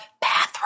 bathroom